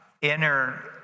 inner